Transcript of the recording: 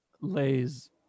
lays